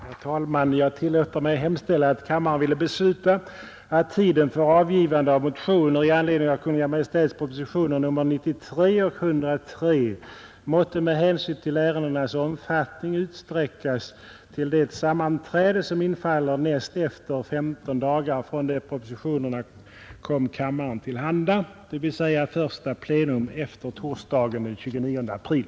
Herr talman! Jag tillåter mig hemställa, att kammaren ville besluta, att tiden för avgivande av motioner i anledning av Kungl. Maj:ts proposition nr 61 med förslag till livsmedelslag m.m. måtte med hänsyn till ärendets omfattning utsträckas till det sammanträde som infaller näst efter femton dagar från det propositionen kom kammaren till handa, dvs. första plenum efter onsdagen den 28 april.